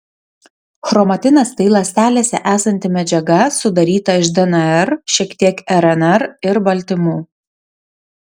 chromatinas tai ląstelėse esanti medžiaga sudaryta iš dnr šiek tiek rnr ir baltymų